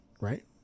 right